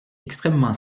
extrêmement